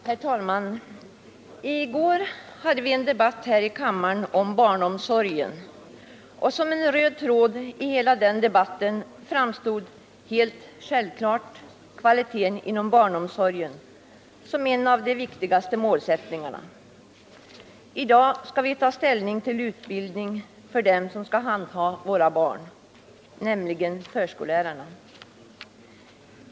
Herr talman! I går hade vi en debatt om barnomsorg här i kammaren. Som en röd tråd genom hela den debatten gick helt självklart att kvaliteten inom barnomsorgen var en av de viktigaste målsättningarna. I dag har vi att ta ställning till utbildningen av dem som skall handha våra barn, nämligen förskollärarna.